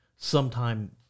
sometime